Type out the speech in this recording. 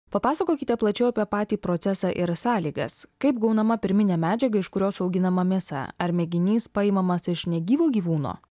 papasakokite plačiau apie patį procesą ir sąlygas kaip gaunama pirminė medžiaga iš kurios auginama mėsa ar mėginys paimamas iš negyvo gyvūno